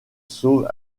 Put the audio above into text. sauve